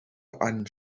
einen